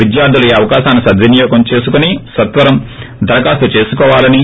విద్యార్తులు ఈ అవకాశాన్ని సద్వినియోగం చేసుకోని సత్వరం దరఖాస్తు చేసుకోవాలన్నారు